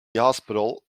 hospital